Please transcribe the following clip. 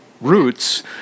Roots